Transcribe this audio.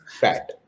fat